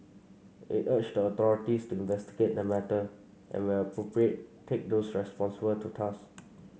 it urged the authorities to investigate the matter and where appropriate take those responsible to task